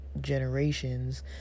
generations